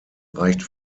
reicht